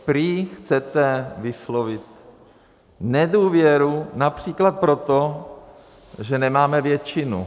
Prý chcete vyslovit nedůvěru například proto, že nemáme většinu.